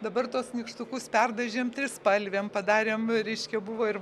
dabar tuos nykštukus perdažėm trispalvėm padarėm reiškia buvo ir